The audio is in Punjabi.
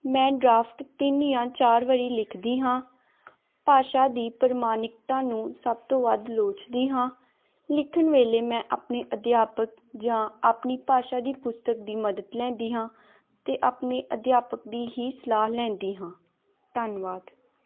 ਮੈਂ ਡਰਾਫਟ ਤਿੰਨ ਜਾਂ ਚਾਰ ਵਾਰੀ ਲਿਖਦੀ ਹਾਂ ਭਾਸ਼ਾ ਦੀ ਪ੍ਰਮਾਣਿਕਤਾ ਨੂੰ ਸਭ ਤੋਂ ਵੱਧ ਲੋਚਦੀ ਹਾਂ ਲਿਖਣ ਵੇਲੇ ਮੈਂ ਆਪਣੇ ਅਧਿਆਪਕ ਜਾਂ ਆਪਣੀ ਭਾਸ਼ਾ ਦੀ ਪੁਸਤਕ ਦੀ ਮਦਦ ਲੈਂਦੀ ਹਾਂ ਅਤੇ ਆਪਣੇ ਅਧਿਆਪਕ ਦੀ ਹੀ ਸਲਾਹ ਲੈਂਦੀ ਹਾਂ ਧੰਨਵਾਦ